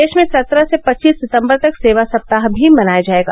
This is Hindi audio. देश में सत्रह से पचीस सितम्बर तक सेवा सप्ताह भी मनाया जायेगा